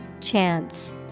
Chance